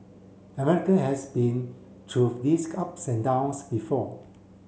America has been through these ups and downs before